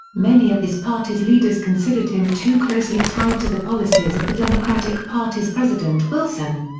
many of his party's leaders considered him too closely tied to the policies of the democratic party's president wilson.